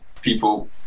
people